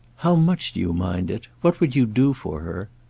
how much do you mind it? what would you do for her?